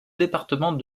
département